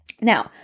Now